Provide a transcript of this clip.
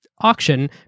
auction